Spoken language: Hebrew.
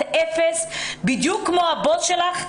את אפס בדיוק כמו הבוס שלך,